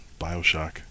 Bioshock